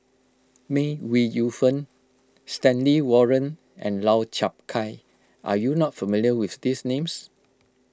May Ooi Yu Fen Stanley Warren and Lau Chiap Khai are you not familiar with these names